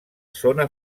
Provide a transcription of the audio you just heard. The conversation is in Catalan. zona